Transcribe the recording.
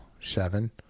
Seven